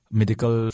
medical